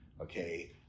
okay